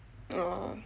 oh